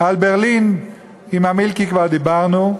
על ברלין עם המילקי כבר דיברנו,